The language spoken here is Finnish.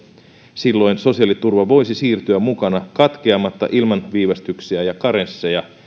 silloin sosiaaliturva voisi siirtyä mukana katkeamatta ilman viivästyksiä ja karensseja